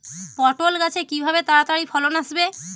পটল গাছে কিভাবে তাড়াতাড়ি ফলন আসবে?